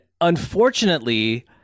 unfortunately